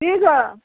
किसब